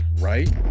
right